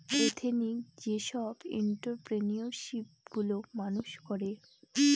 ethnic যেসব entrepreneurship গুলো মানুষ করে